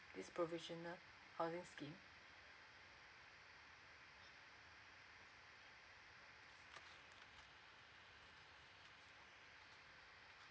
it's provisional housing scheme